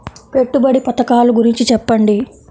పెట్టుబడి పథకాల గురించి చెప్పండి?